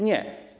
Nie.